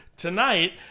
tonight